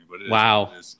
Wow